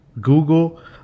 Google